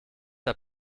der